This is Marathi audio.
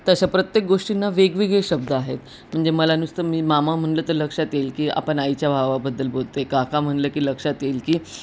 तर अशा प्रत्येक गोष्टींना वेगवेगळे शब्द आहेत म्हणजे मला नुसतं मी मामा म्हटलं तर लक्षात येईल की आपण आईच्या भावाबद्दल बोलते काका म्हटलं की लक्षात येईल की